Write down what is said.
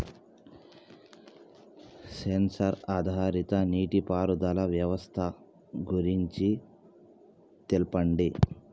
Censor ఆధారిత నీటిపారుదల వ్యవస్థ గురించి తెల్పండి?